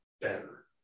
better